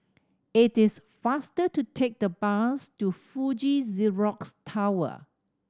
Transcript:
it is faster to take the bus to Fuji Xerox Tower